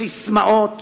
מססמאות